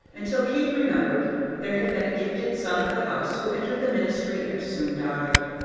until kate remembered there had been a gifted son of the house who entered the ministry and soon died.